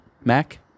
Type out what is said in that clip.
Mac